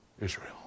Israel